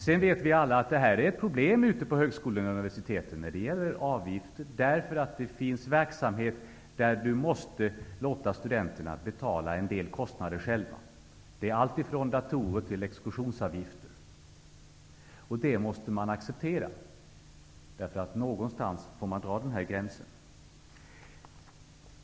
Vi vet alla att frågan om avgifter är ett problem ute på högskolor och universitet. Det finns nämligen verksamhet där man måste låta studenterna betala en del av kostnaden själva. Det gäller alltifrån datorer till exkursionsavgifter. Det måste man acceptera. Någonstans får man lov att dra gränsen.